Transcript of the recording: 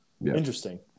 Interesting